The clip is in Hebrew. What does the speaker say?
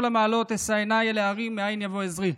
למעלות אשא עיני אל ההרים מאין יבֹא עזרי.